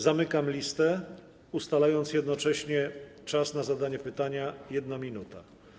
Zamykam listę, ustalając jednocześnie czas na zadanie pytania na 1 minutę.